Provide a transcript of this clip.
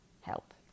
help